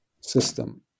system